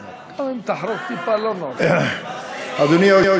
חדש, אדוני.